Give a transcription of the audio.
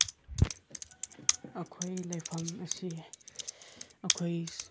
ꯑꯩꯈꯣꯏ ꯂꯩꯐꯝ ꯑꯁꯤ ꯑꯩꯈꯣꯏ